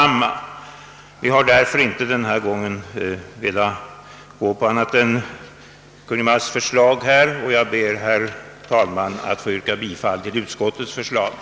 Därför har utskottsmajoriteten denna gång inte velat göra annat än tillstyrka Kungl. Maj:ts förslag. Herr talman! Jag ber att få yrka bifall till utskottets hemställan.